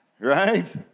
Right